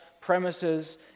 premises